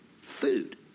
Food